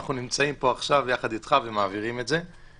אנחנו נמצאים פה יחד אתך ומעבירים את זה.